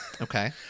Okay